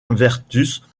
vertus